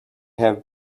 have